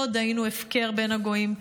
לא עוד היינו הפקר בין הגויים,